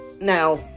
now